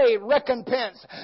recompense